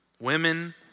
Women